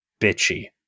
bitchy